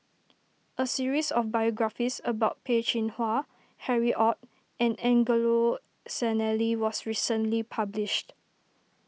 a series of biographies about Peh Chin Hua Harry Ord and Angelo Sanelli was recently published